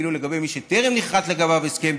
ואילו לגבי מי שטרם נכרת לגביו הסכם,